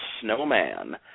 Snowman